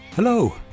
Hello